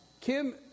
Kim